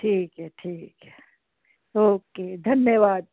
ठीक है ठीक है ओके धन्यवाद